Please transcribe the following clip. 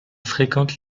fréquente